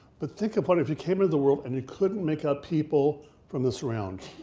but think of what if you came into the world and you couldn't make out people from the surroundings?